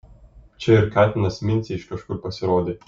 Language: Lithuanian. čia ir katinas mincė iš kažkur pasirodė